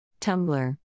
Tumblr